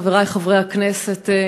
חברי חברי הכנסת,